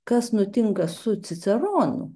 kas nutinka su ciceronu